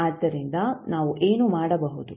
ಆದ್ದರಿಂದ ನಾವು ಏನು ಮಾಡಬಹುದು